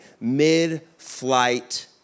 Mid-Flight